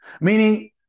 Meaning